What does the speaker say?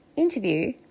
interview